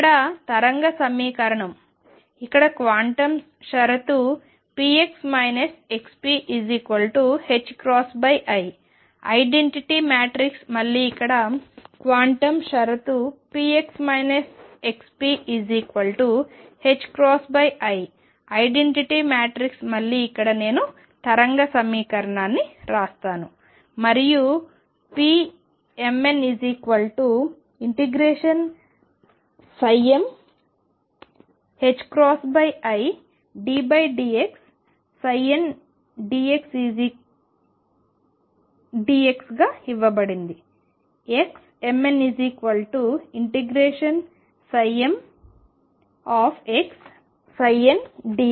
ఇక్కడ తరంగ సమీకరణం ఇక్కడ క్వాంటం షరతు px xpi ఐడెంటిటీ మ్యాట్రిక్స్ మళ్లీ ఇక్కడ నేను తరంగ సమీకరణాన్నిరాస్తాను మరియు pmn∫middx ndx గా ఇవ్వబడింది xmn ∫mxndx